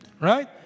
Right